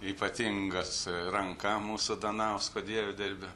ypatingas ranka mūsų danausko dievdirbio